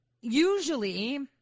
usually